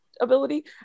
ability